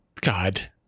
God